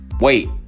Wait